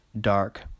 dark